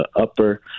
upper